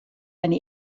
eine